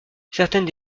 certaines